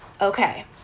Okay